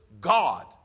God